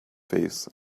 face